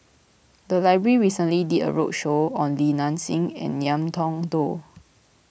the library recently did a roadshow on Li Nanxing and Ngiam Tong Dow